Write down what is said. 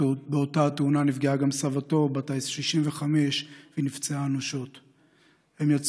באותה תאונה נפגעה גם סבתו בת ה-65 והיא נפצעה אנושות.